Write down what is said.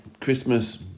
Christmas